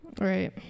right